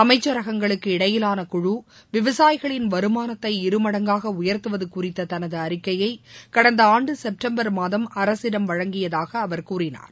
அமைச்சரகங்களுக்கு இடையிலான குழு விவசாயிகளின் வருமானத்தை இரு மடங்காக உயர்த்துவது குறித்த தனது அறிக்கையை கடந்த ஆண்டு செப்டம்பர் மாதம் அரசிடம் வழங்கியதாக அவர் கூறினார்